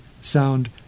sound